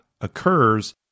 occurs